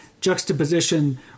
juxtaposition